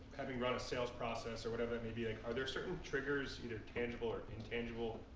having brought a sales process or whatever that may be. like are there certain triggers, you know, tangible or intangible,